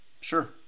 Sure